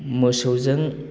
मोसौजों